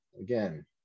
Again